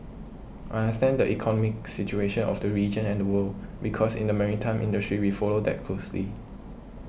I understand that economic situation of the region and the world because in the maritime industry we follow that closely